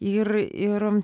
ir ir